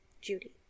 Judy